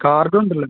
card കൊണ്ടുവരില്ലേ